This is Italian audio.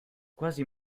quasi